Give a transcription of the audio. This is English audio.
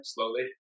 Slowly